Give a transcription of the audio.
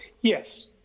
yes